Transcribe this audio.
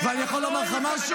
ואני יכול גם לומר לך משהו?